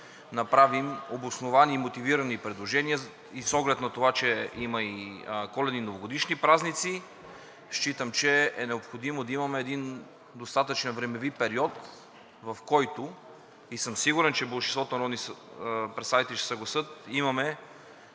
направим обосновани и мотивирани предложения и с оглед на това, че има и Коледни и Новогодишни празници, считам, че е необходимо да имаме един достатъчен времеви период, в който и съм сигурен, че болшинството народни представители ще се съгласят, имаме